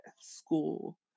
school